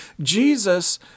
Jesus